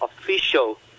official